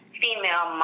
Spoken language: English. female